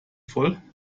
voll